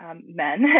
Men